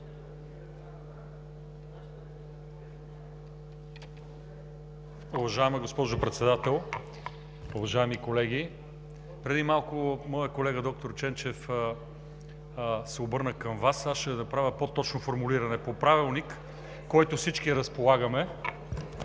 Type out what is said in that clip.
Уважаема госпожо Председател, уважаеми колеги! Преди малко моят колега „доктор“ Ченчев се обърна към Вас. Аз ще направя по-точно формулиране. По Правилник, с който всички разполагаме,